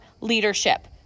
leadership